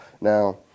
Now